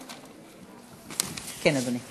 כן, אדוני.